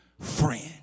friend